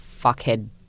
fuckhead